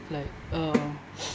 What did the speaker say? like uh